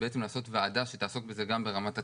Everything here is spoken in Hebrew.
ובעצם לעשות ועדה שתעסוק בזה גם ברמת התכנון.